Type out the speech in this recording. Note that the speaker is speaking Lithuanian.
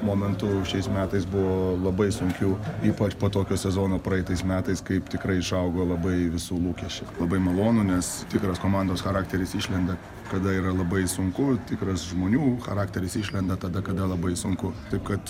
momentų šiais metais buvo labai sunkių ypač po tokio sezono praeitais metais kaip tikrai išaugo labai visų lūkesčiai labai malonu nes tikras komandos charakteris išlenda kada yra labai sunku tikras žmonių charakteris išlenda tada kada labai sunku taip kad